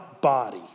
body